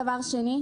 דבר שני,